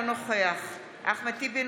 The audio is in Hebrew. אינו נוכח אחמד טיבי,